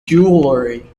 jewelry